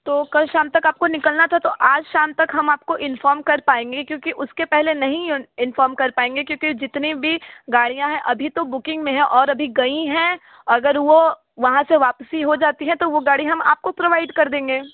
तो कल शाम तक आपको निकलना था तो आज शाम तक हम आपको इन्फौम कर पाएंगे क्योंकि उस के पहले नहीं इन्फौम कर पाएंगे क्योंकि जितने भी गाड़ियाँ हैं अभी तो बुकिंग में है और अभी गई हैं अगर वो वहाँ से वापसी हो जाती हैं तो वो गाड़ी हम आपको प्रवाइड कर देंगे